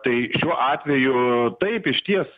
tai šiuo atveju taip išties